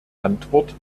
antwort